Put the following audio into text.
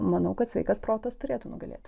manau kad sveikas protas turėtų nugalėti